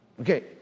Okay